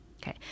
okay